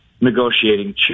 negotiating